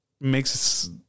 makes